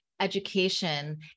education